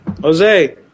Jose